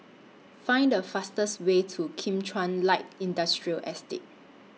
Find The fastest Way to Kim Chuan Light Industrial Estate